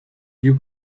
you